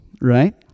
right